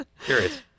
Curious